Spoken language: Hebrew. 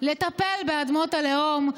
לטפל באדמות הלאום,